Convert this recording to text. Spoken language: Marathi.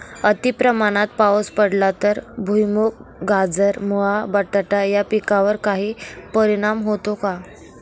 अतिप्रमाणात पाऊस पडला तर भुईमूग, गाजर, मुळा, बटाटा या पिकांवर काही परिणाम होतो का?